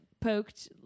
poked